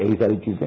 यही सारी चीजें